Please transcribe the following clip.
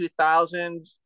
2000s